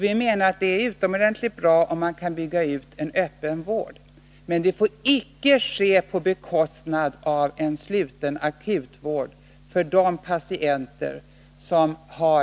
Vi menar att det är bra om man kan bygga ut den öppna vården men att det icke får ske på bekostnad av en sluten akutvård för de patienter som har